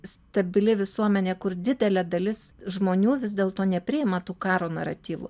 stabili visuomenė kur didelė dalis žmonių vis dėlto nepriima tų karo naratyvų